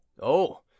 Oh